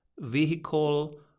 vehicle